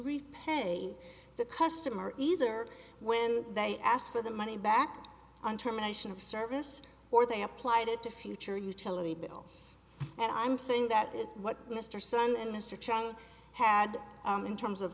repay the customer either when they asked for the money back on terminations of service or they applied it to future utility bills and i'm saying that is what mr sun and mr chang had in terms of